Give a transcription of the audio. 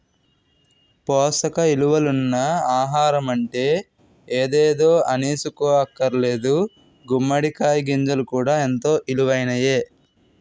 పోసక ఇలువలున్న ఆహారమంటే ఎదేదో అనీసుకోక్కర్లేదు గుమ్మడి కాయ గింజలు కూడా ఎంతో ఇలువైనయే